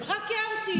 רק הערתי.